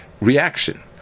reaction